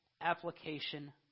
application